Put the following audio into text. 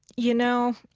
you know,